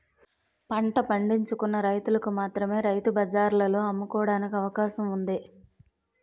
పంట పండించుకున్న రైతులకు మాత్రమే రైతు బజార్లలో అమ్ముకోవడానికి అవకాశం ఉంది